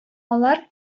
алар